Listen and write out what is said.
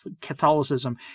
Catholicism